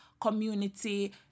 community